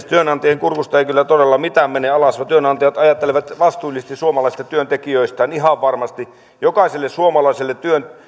työnantajien kurkusta ei kyllä todella mitään mene alas vaan työnantajat ajattelevat vastuullisesti suomalaisista työntekijöistä ihan varmasti jokaiselle suomalaiselle